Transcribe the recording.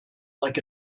like